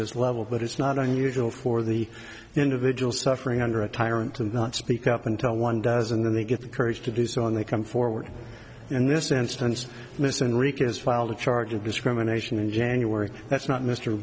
this level but it's not unusual for the individual suffering under a tyrant to not speak up until one does and then they get the courage to do so and they come forward in this instance this enrica has filed a charge of discrimination in january that's not mr